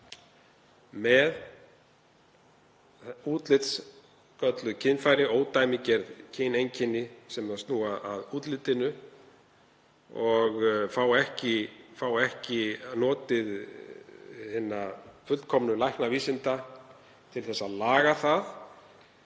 með útlitsgölluð kynfæri, ódæmigerð kyneinkenni sem snúa að útlitinu, og fá ekki notið hinna fullkomnu læknavísinda til að laga það.